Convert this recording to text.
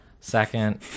second